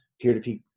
Peer-to-peer